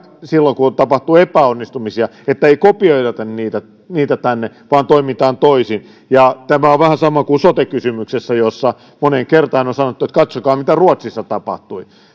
silloin kun tapahtuu epäonnistumisia ettei kopioida niitä niitä tänne vaan toimitaan toisin tämä on vähän sama kuin sote kysymyksessä jossa moneen kertaan on sanottu että katsokaa mitä ruotsissa tapahtui